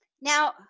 Now